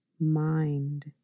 mind